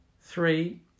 Three